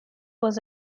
was